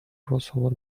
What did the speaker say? crossover